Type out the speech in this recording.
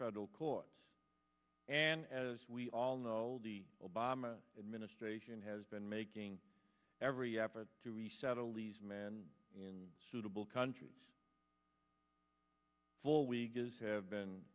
federal courts and as we all know the obama administration has been making every effort to resettle lee's men and suitable countries full week is have been